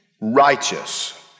righteous